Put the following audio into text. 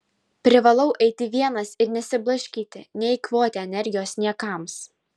privalau eiti vienas ir nesiblaškyti neeikvoti energijos niekams